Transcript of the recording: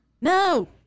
No